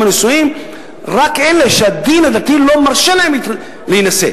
הנישואים רק אלה שהדין הדתי לא מרשה להם להינשא,